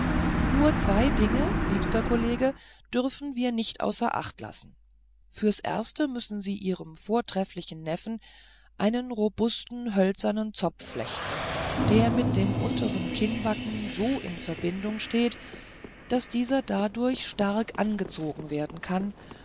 nur zwei dinge liebster kollege dürfen wir nicht außer acht lassen fürs erste müssen sie ihrem vortrefflichen neffen einen robusten hölzernen zopf flechten der mit dem untern kinnbacken so in verbindung steht daß dieser dadurch stark angezogen werden kann